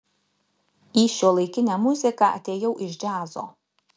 į šiuolaikinę muziką atėjau iš džiazo